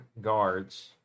guards